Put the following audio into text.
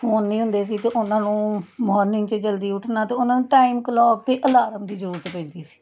phone ਨਹੀਂ ਹੁੰਦੇ ਸੀ ਅਤੇ ਉਹਨਾਂ ਨੂੰ ਮੋਰਨਿੰਗ 'ਚ ਜਲਦੀ ਉੱਠਣਾ ਅਤੇ ਉਹਨਾਂ ਨੂੰ ਟਾਈਮ ਕਲੋਕ 'ਤੇ ਅਲਾਰਮ ਦੀ ਜ਼ਰੂਰਤ ਪੈਂਦੀ ਸੀ